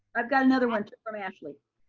i've got another one from ashley.